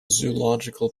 zoological